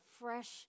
fresh